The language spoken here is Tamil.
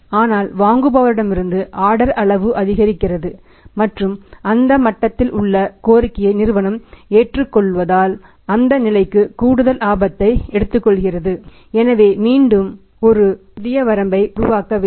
ஆனால் வாங்குபவரிடமிருந்து ஆர்டர் அளவு அதிகரிக்கிறது மற்றும் அந்த மட்டத்தில் உள்ள கோரிக்கையை நிறுவனம் ஏற்றுக்கொள்வதால் அந்த நிலைக்கு கூடுதல் ஆபத்தை எடுத்துக்கொள்கிறது எனவே மீண்டும் ஒரு புதிய வரம்பை உருவாக்க வேண்டும்